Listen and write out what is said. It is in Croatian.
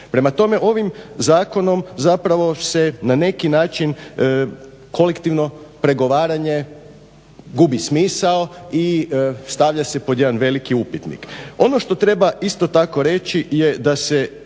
Prema tome ovim zakonom zapravo se na neki način kolektivno pregovaranje gubi smisao i stavlja se pod jedan veliki upitnik. Ono što treba isto tako reći je da se